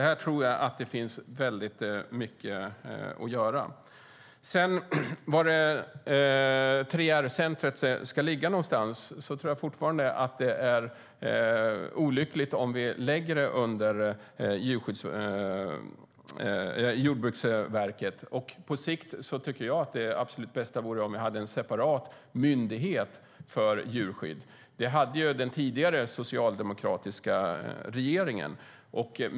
Här tror jag finns väldigt mycket att göra. När det gäller var 3R-centret ska ligga någonstans tror jag fortfarande att det är olyckligt om vi lägger det under Jordbruksverket. På sikt tycker jag att det absolut bästa vore om vi hade en separat myndighet för djurskydd. Det hade den tidigare socialdemokratiska regeringen.